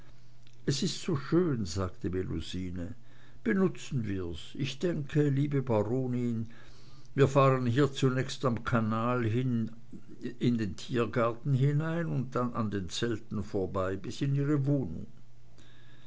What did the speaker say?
es ist so schön sagte melusine benutzen wir's ich denke liebe baronin wir fahren hier zunächst am kanal hin in den tiergarten hinein und dann an den zelten vorbei bis in ihre wohnung